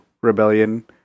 rebellion